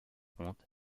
contre